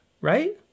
right